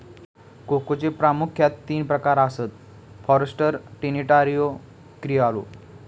कोकोचे प्रामुख्यान तीन प्रकार आसत, फॉरस्टर, ट्रिनिटारियो, क्रिओलो